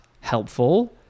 helpful